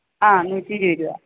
ആ നൂറ്റി ഇരുപത് രൂപ